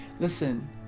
Listen